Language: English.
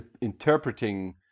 interpreting